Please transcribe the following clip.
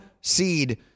seed